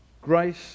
grace